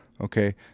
Okay